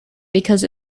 because